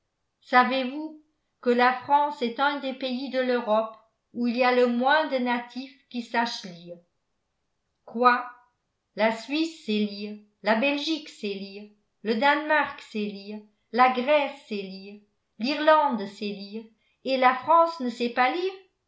savez-vous que la france est un des pays de l'europe où il y a le moins de natifs qui sachent lire quoi la suisse sait lire la belgique sait lire le danemark sait lire la grèce sait lire l'irlande sait lire et la france ne sait pas lire